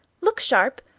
look sharp,